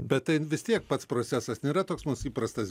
bet tai vis tiek pats procesas nėra toks mums įprastas